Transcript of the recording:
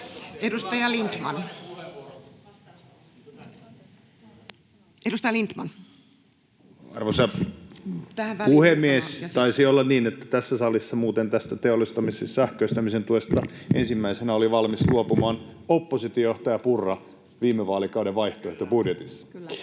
Time: 12:42 Content: Arvoisa puhemies! Taisi olla niin, että tässä salissa muuten tästä sähköistämisen tuesta ensimmäisenä oli valmis luopumaan oppositiojohtaja Purra viime vaalikauden vaihtoehtobudjetissa.